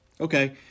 Okay